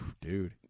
Dude